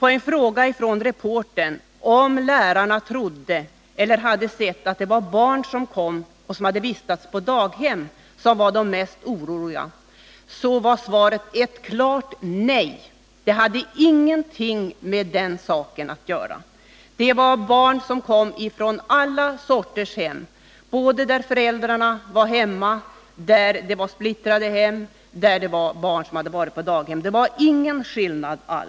På en fråga från reportern om lärarna trodde eller hade sett att det var barn som hade vistats på daghem som var de mest oroliga, så blev svaret ett klart nej — det hade ingenting med den saken att göra. Det var barn som kom från alla sorters hem, hem där föräldrarna var hemma och splittrade hem, och det var barn som hade varit på daghem. Det fanns inte alls någon sådan skillnad.